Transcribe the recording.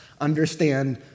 understand